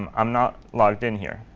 um i'm not logged in here.